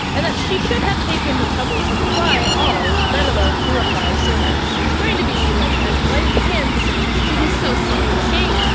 and that she should have taken the trouble to reply at all let alone to reply sooner. he's trying to be like as polite as he can, considering he's taking so so to a king,